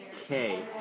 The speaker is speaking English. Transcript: Okay